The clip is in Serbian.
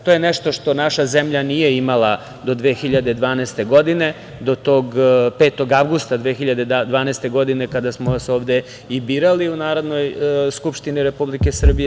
To je nešto što naša zemlja nije imala do 2012. godine, do tog 5. avgusta 2012. godine kada smo vas ovde i birali u Narodnoj skupštini Republike Srbije.